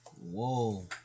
Whoa